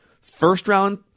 First-round